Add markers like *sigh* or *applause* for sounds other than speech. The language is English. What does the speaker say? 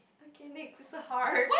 okay next *laughs* heart